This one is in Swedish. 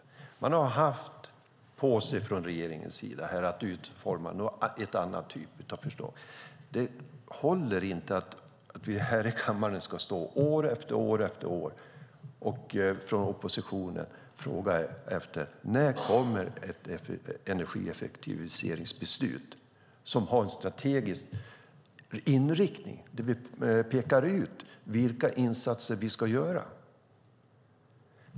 Regeringen har haft tid på sig att utforma en annan typ av förslag. Det håller inte att vi från oppositionen ska stå här i kammaren år efter år och fråga: När kommer ett energieffektiviseringsbeslut som har en strategisk inriktning där vi pekar ut vilka insatser vi ska göra?